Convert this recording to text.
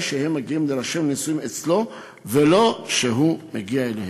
שהם מגיעים להירשם לנישואים אצלו ולא שהוא מגיע אליהם.